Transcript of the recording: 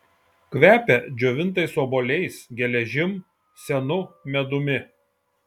kvepia džiovintais obuoliais geležim senu medumi